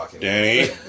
Danny